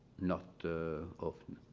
not often.